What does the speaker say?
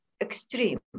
extreme